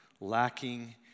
lacking